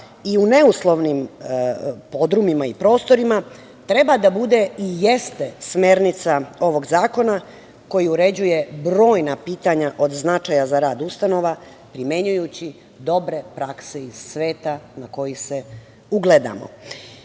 i u neuslovnim podrumima i prostorima treba da bude i jeste smernica ovog zakona koji uređuje brojna pitanja od značaja za rad ustanova, primenjujući dobre prakse iz sveta na koji se ugledamo. Mi